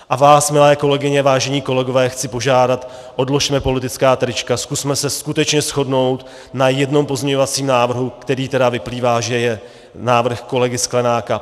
A vás, milé kolegyně, vážení kolegové, chci požádat: odložme politická trička, zkusme se skutečně shodnout na jednom pozměňovacím návrhu, který tedy vyplývá, že je návrh kolegy Sklenáka.